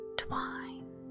twine